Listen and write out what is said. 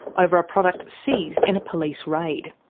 over a product seized in a police raid.